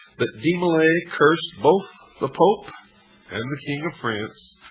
that de molay cursed both the pope and the king of france,